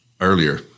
earlier